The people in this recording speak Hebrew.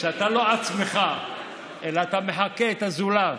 שאתה לא אתה עצמך אלא מחקה את הזולת.